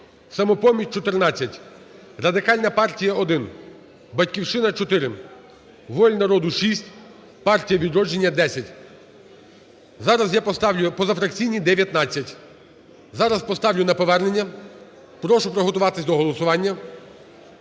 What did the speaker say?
"Самопоміч" – 14, Радикальна партія – 1, "Батьківщина" – 4, "Воля народу" – 6, Партія "Відродження" – 10. Зараз я поставлю… Позафракційні – 19. Зараз поставлю на повернення. Прошу приготуватися до голосування.